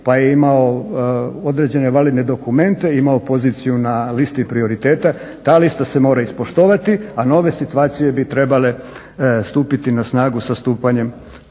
pa je imao određene validne dokumente, imao poziciju na listi prioriteta, ta lista se mora ispoštovati, a nove situacije bi trebale stupiti na snagu sa terminom